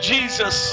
Jesus